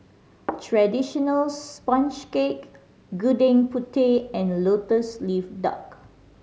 traditional sponge cake Gudeg Putih and Lotus Leaf Duck